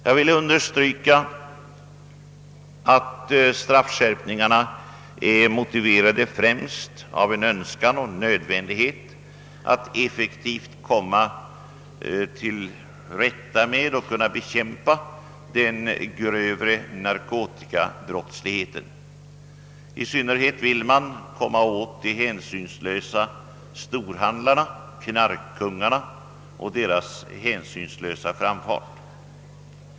Jag vill understryka att dessa är motiverade främst av nödvändigheten att effektivt kunna bekämpa den grövre narkotikabrottsligheten. I synnerhet vill man komma åt de hänsynslösa storhandlarna — knarkkungarna — och stävja deras framfart.